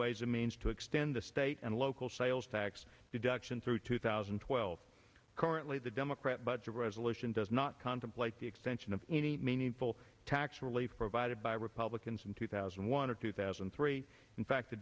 ways and means to extend the state and local sales tax deduction through two thousand and twelve currently the democrat budget resolution does not contemplate the extension of any meaningful tax relief provided by republicans in two thousand and one or two thousand and three in fact